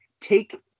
take